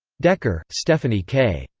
decker, stephanie k.